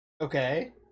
Okay